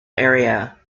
area